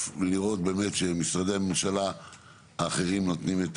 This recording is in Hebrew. ולראות באמת שמשרדי הממשלה האחרים נותנים את